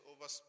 over